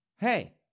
hey